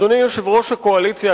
אדוני יושב-ראש הקואליציה,